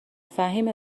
فهیمه